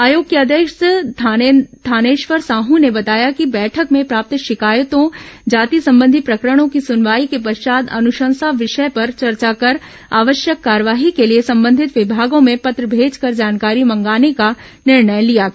आयोग के अध्यक्ष थानेश्वर साह ने बताया कि बैठक में प्राप्त शिकायतों जाति संबंधी प्रकरणों की सुनवाई के पश्चात अनुशंसा विषय पर चर्चा कर आवश्यक कार्यवाही के लिए संबंधित विभागों में पत्र भेजकर जानकारी मंगाने का निर्णय लिया गया